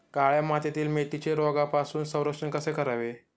काळ्या मातीतील मेथीचे रोगापासून संरक्षण कसे करावे?